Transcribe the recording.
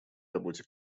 работе